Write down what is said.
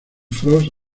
frost